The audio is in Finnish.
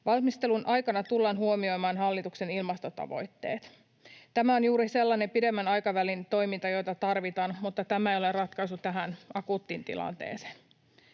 Valmistelun aikana tullaan huomioimaan hallituksen ilmastotavoitteet. Tämä on juuri sellainen pidemmän aikavälin toiminta, jota tarvitaan, mutta tämä ei ole ratkaisu tähän akuuttiin tilanteeseen.